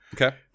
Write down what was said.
Okay